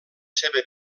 seva